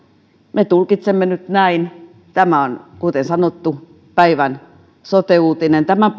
me tulkitsemme nyt näin tämä on kuten sanottu päivän sote uutinen tämän